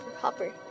Hopper